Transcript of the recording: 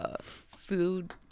Food